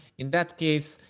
in that case,